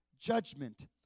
judgment